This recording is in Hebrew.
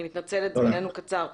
אני מתנצלת, זמננו קצר.